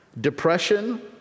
depression